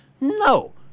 No